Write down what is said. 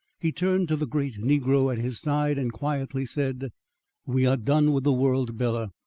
he turned to the great negro at his side and quietly said we are done with the world, bela.